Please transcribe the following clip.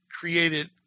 created